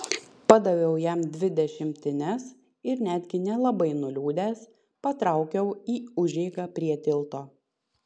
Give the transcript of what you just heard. padaviau jam dvi dešimtines ir netgi nelabai nuliūdęs patraukiau į užeigą prie tilto